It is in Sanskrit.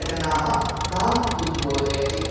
घटनाः माम् उद्बोधयति